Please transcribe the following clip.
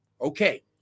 okay